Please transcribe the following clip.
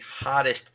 hottest